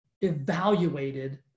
evaluated